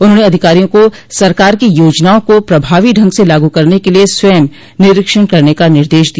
उन्होंने अधिकारियों को सरकार की योजनाओं को प्रभावी ढंग से लागू करने के लिये स्वयं निरीक्षण करने का निर्देश दिया